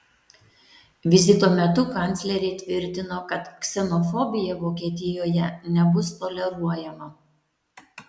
vizito metu kanclerė tvirtino kad ksenofobija vokietijoje nebus toleruojama